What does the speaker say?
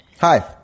Hi